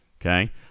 Okay